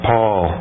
Paul